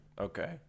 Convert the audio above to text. okay